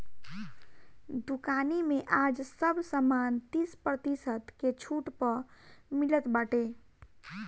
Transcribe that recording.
दुकानी में आज सब सामान तीस प्रतिशत के छुट पअ मिलत बाटे